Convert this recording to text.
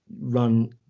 run